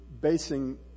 basing